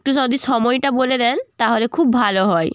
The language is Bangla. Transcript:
একটু যদি সময়টা বলে দেন তাহলে খুব ভালো হয়